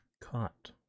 cut